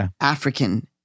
African